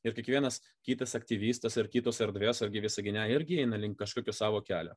ir kiekvienas kitas aktyvistas ir kitos erdvės argi visagine irgi eina link kažkokio savo kelio